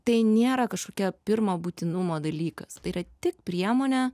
tai nėra kažkokia pirmo būtinumo dalykas tai yra tik priemonė